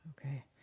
Okay